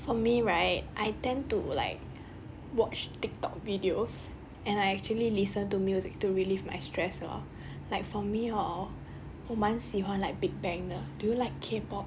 for me right I tend to like watch tiktok videos and I actually listen to music to relieve stress lor like for me hor 我满喜欢 like big bang 的 do you like K pop